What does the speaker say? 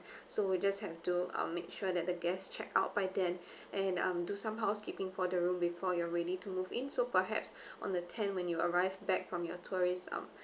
so we just have to um make sure that the guests check out by then and um do some housekeeping for the room before you're ready to move in so perhaps on the tenth when you arrived back from your tourist um